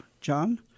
John